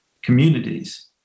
communities